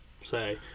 say